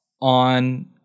on